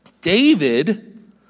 David